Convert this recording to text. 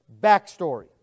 backstory